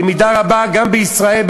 ובמידה רבה גם בישראל,